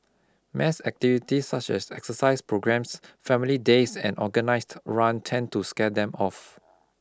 mass activities such as exercise programmes family days and organised run tend to scare them off